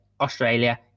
Australia